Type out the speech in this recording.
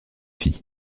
filles